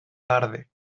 tarde